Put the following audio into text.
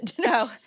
No